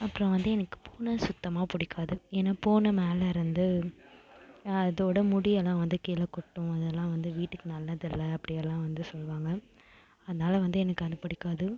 அப்புறம் வந்து எனக்கு பூனை சுத்தமாக பிடிக்காது ஏன்னா பூனை மேலேருந்து அதோடய முடியெல்லாம் வந்து கீல கொட்டும் அதெல்லாம் வந்து வீட்டுக்கு நல்லது இல்லை அப்படியெல்லாம் வந்து சொல்வாங்க அதனால் வந்து எனக்கு அது பிடிக்காது